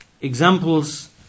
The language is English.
examples